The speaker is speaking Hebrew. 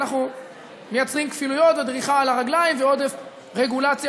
ואנחנו מייצרים כפילויות ודריכה על הרגליים ועודף רגולציה